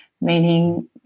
meaning